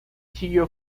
siguió